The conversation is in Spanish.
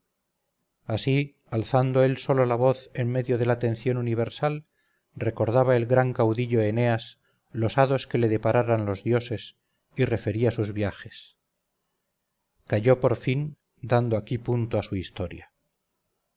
así alzando él solo la voz en medio de la atención universal recordaba el gran caudillo eneas los hados que le depararan los dioses y refería sus viajes calló por fin dando aquí punto a su historia